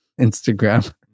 Instagram